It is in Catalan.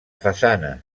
façana